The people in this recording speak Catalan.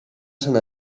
sant